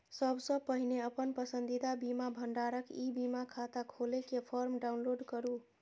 सबसं पहिने अपन पसंदीदा बीमा भंडारक ई बीमा खाता खोलै के फॉर्म डाउनलोड करू